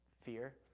fear